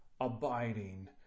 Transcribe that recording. abiding